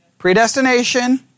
Predestination